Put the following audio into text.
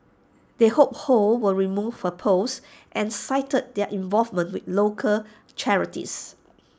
they hope ho will remove her post and cited their involvement with local charities